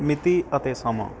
ਮਿਤੀ ਅਤੇ ਸਮਾਂ